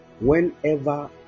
whenever